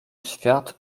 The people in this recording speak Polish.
świat